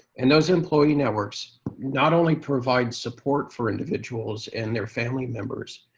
and those employee networks not only provide support for individuals and their family members,